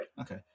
Okay